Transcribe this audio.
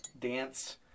dance